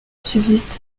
subsistent